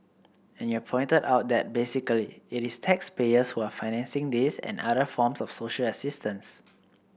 and you've pointed out that basically it is taxpayers who are financing this and other forms of social assistance